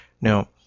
Now